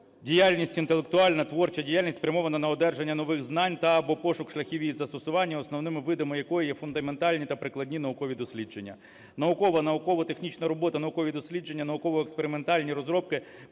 діяльність – інтелектуальна творча діяльність, спрямована на одержання нових знань та (або) пошук шляхів їх застосування, основними видами якої є фундаментальні та прикладні наукові дослідження; Наукова (науково-технічна) робота – наукові дослідження, науково-експериментальні розробки,